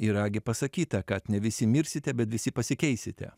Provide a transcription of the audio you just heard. yra gi pasakyta kad ne visi mirsite bet visi pasikeisite